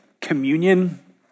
communion